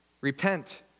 repent